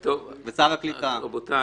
רבותי,